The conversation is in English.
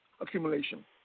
accumulation